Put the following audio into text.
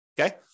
Okay